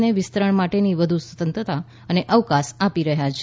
ને વિસ્તરણ માટેની વધુ સ્વતંત્રતા અને અવકાશ આપી રહ્યા છે